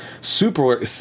super